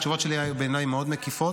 התשובות שלי היו בעיניי מאוד מקיפות.